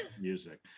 music